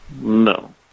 No